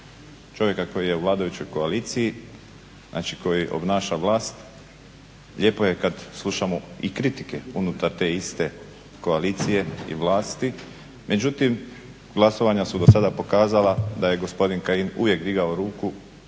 čovjeka koji je u vladajućoj koaliciji znači koju obnaša vlast, lijepo je kada slušamo i kritike unutar te iste koalicije i vlasti, međutim glasovanja su do sada pokazala da je gospodin Kajin uvijek digao ruku